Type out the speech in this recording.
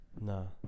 No